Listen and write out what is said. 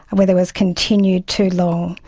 and whether it was continued too long.